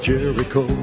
Jericho